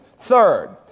Third